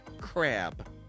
crab